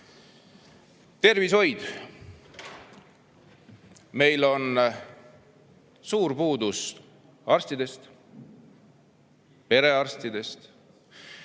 Tervishoid. Meil on suur puudus arstidest, perearstidest.